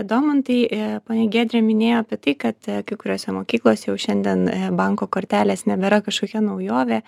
domantai ponia giedrė minėjo apie tai kad kai kuriose mokyklose jau šiandien banko kortelės nebėra kažkokia naujovė